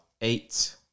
eight